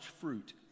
fruit